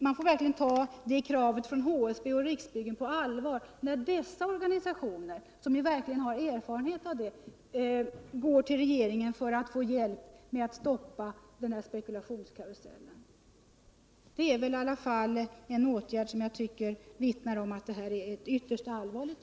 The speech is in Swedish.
Man måste ta kravet från HSB och Riksbyggen på allvar när dessa organisationer, som verkligen har erfarenhet av bostadsmarknaden, går till regeringen för att få hjälp med att stoppa spekulationskarusellen, för det är i alla fall en åtgärd som vittnar om att läget är ytterst allvarligt.